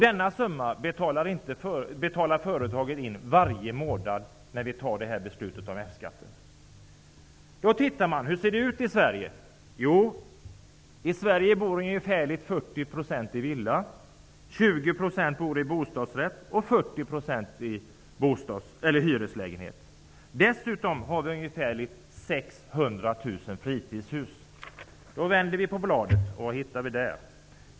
Denna summa får företagen betala in varje månad, om vi fattar det här beslutet om F Om man tittar på hur det ser ut i Sverige så bor ungefär 40 % i villa, 20 % i bostadsrätt och 40 % i hyreslägenhet. Dessutom finns det ca 600 000 Då vänder vi på bladet. Vad hittar vi där?